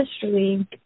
history